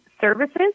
services